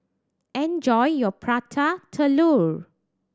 enjoy your Prata Telur